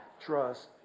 trust